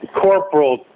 Corporal